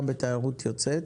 גם בתיירות יוצאת.